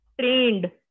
trained